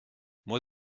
moi